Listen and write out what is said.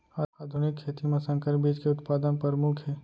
आधुनिक खेती मा संकर बीज के उत्पादन परमुख हे